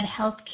healthcare